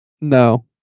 No